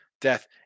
death